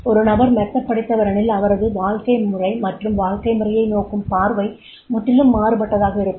ஒரு நபர் மெத்தப் படித்தவரெனில் அவரது வாழ்க்கை முறை மற்றும் வாழ்க்கை முறையை நோக்கும் பார்வை முற்றிலும் மாறுபட்டதாக இருக்கும்